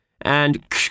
And